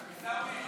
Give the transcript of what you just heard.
עיסאווי,